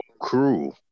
crew